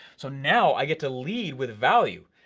so, now i get to leave with value,